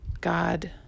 God